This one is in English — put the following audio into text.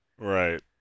Right